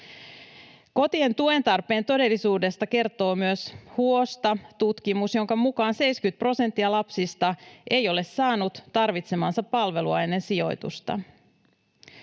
Kotien tuen tarpeen todellisuudesta kertoo myös HuosTa-tutkimus, jonka mukaan 70 prosenttia lapsista ei ole saanut tarvitsemaansa palvelua ennen sijoitusta.